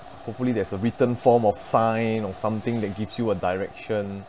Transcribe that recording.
hopefully there's a written form of sign or something that gives you a direction